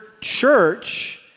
church